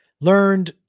learned